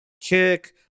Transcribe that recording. kick